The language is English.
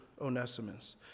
Onesimus